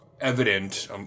evident